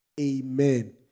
Amen